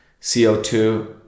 CO2